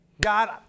God